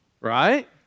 Right